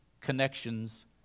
Connections